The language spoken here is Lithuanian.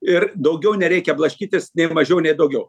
ir daugiau nereikia blaškytis nei mažiau nei daugiau